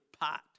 pot